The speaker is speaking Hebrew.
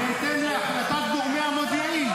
בהתאם להחלטת גורמי המודיעין.